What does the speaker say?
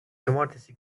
cumartesi